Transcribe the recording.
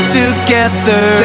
together